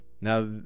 Now